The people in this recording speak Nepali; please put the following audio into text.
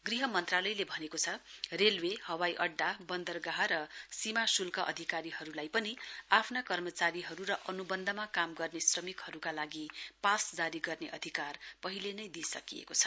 गृह मन्त्रालयले भनेको छ रेलवे हवाईअड्डा वन्दरगाह र सीमा शुल्क अधिकारीहरुलाई पनि आफ्ना कर्मचारीहरु र अनुवन्धमा काम गर्ने श्रमिकहरुका लागि पास जारी गर्ने अधिकार पहिला नै दिइसकिएको छ